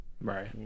right